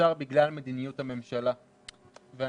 בגלל מדיניות הממשלה או